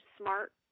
smart